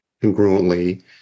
congruently